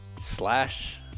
Slash